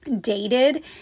dated